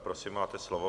Prosím, máte slovo.